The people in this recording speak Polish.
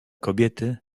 kobiety